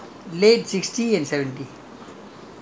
turf club people lah during the seventies I think